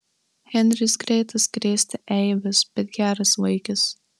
henris greitas krėsti eibes bet geras vaikis